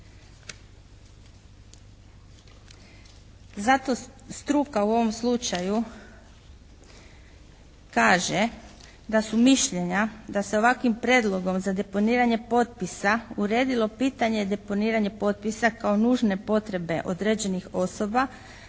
Zato struka u ovom slučaju kaže da su mišljenja da se ovakvim prijedlogom za deponiranje potpisa uredilo pitanje deponiranje potpisa kao nužne potrebe određenih osoba,